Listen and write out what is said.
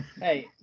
hey